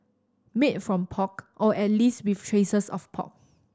made from pork or at least with traces of pork